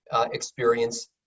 Experience